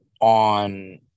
on